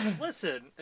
listen